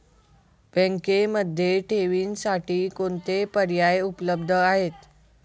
बँकेमध्ये ठेवींसाठी कोणते पर्याय उपलब्ध आहेत?